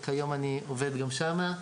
שכיום אני עובד גם שם,